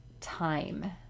time